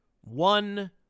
one